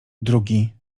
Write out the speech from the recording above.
drugi